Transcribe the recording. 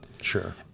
Sure